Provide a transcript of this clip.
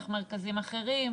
האם דרך מרכזים אחרים?